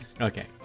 Okay